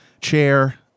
chair